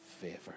favor